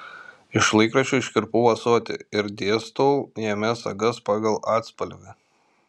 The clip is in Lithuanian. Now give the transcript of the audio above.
iš laikraščio iškirpau ąsotį ir dėstau jame sagas pagal atspalvį